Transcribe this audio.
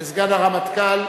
כסגן הרמטכ"ל